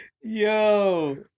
Yo